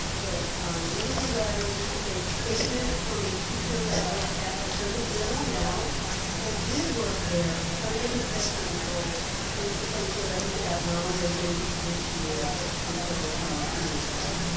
but reading a letter, this is a statement from a teacher that works at potomac middle now and did work there under the said principal who is the principal that was at ronald reagan this year until a few months ago.